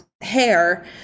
hair